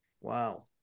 wow